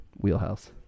wheelhouse